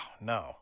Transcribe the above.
no